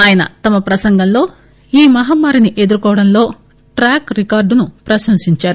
ఆయన తమ ప్రసంగంలో ఈ మహమ్మారిని ఎదుర్కొవడంలో ట్రాక్ రికార్డును ప్రశంసించారు